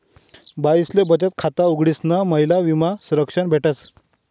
बाईसले बचत खाता उघडीसन महिला विमा संरक्षा भेटस